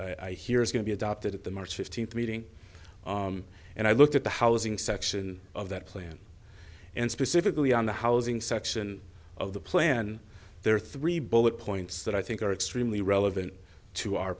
that i hear is going to be adopted at the march fifteenth meeting and i looked at the housing section of that plan and specifically on the housing section of the plan there are three bullet points that i think are extremely relevant to our